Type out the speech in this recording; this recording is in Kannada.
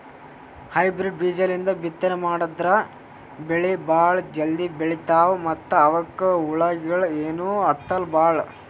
ಹೈಬ್ರಿಡ್ ಬೀಜಾಲಿಂದ ಬಿತ್ತನೆ ಮಾಡದ್ರ್ ಬೆಳಿ ಭಾಳ್ ಜಲ್ದಿ ಬೆಳೀತಾವ ಮತ್ತ್ ಅವಕ್ಕ್ ಹುಳಗಿಳ ಏನೂ ಹತ್ತಲ್ ಭಾಳ್